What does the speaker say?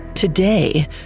Today